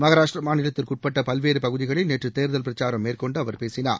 மகாராஷ்டிரா மாநிலத்திற்கு உட்பட்ட பல்வேறு பகுதிகளில் நேற்று தேர்தல் பிரச்சாரம் மேற்கொண்டு அவர் பேசினார்